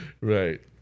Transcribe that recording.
right